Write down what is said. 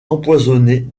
empoisonné